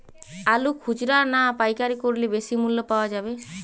আলু খুচরা না পাইকারি করলে বেশি মূল্য পাওয়া যাবে?